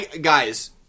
Guys